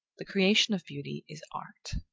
the creation of beauty is art.